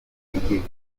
igihe